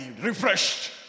refreshed